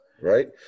right